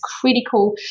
critical